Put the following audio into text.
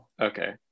Okay